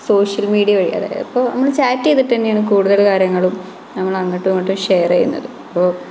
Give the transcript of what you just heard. social media വഴി അതായത് അപ്പോൾ നമ്മൾ ചാറ്റ് ചെയ്തിട്ട് തന്നെയാണ് കൂടുതല് കാര്യങ്ങളും നമ്മള് അങ്ങോട്ടും ഇങ്ങോട്ടും ഷെയര് ചെയ്യുന്നത് അപ്പോൾ